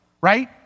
Right